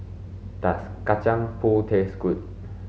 does kacang pool taste good